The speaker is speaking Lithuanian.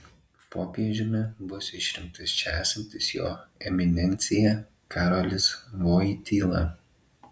popiežiumi bus išrinktas čia esantis jo eminencija karolis voityla